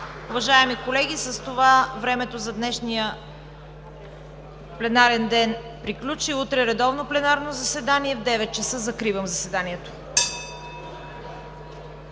Уважаеми колеги, с това времето за днешния пленарен ден приключи. Утре редовно пленарно заседание в 9,00 ч. Закривам заседанието.